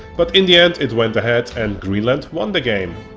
but in the end it went ahead and greenland won the game.